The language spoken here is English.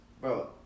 bro